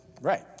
right